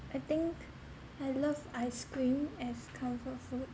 I think I love ice cream as comfort food